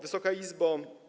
Wysoka Izbo!